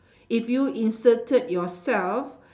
if you inserted yourself